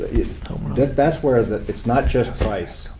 that's where it's not just price.